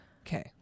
Okay